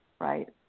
right